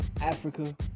Africa